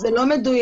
זה לא מדויק.